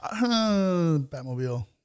Batmobile